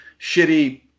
Shitty